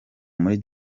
muri